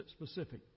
specific